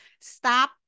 Stop